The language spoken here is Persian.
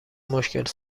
مشکل